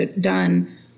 done